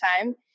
time